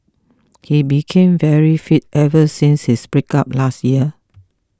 he became very fit ever since his breakup last year